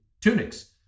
tunics